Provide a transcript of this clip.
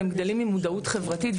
הם גדלים עם מודעות חברתית,